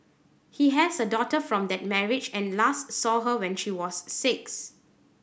he has a daughter from that marriage and last saw her when she was six